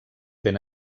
ben